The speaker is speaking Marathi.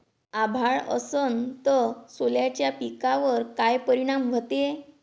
अभाळ असन तं सोल्याच्या पिकावर काय परिनाम व्हते?